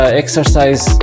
exercise